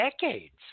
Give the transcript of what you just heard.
decades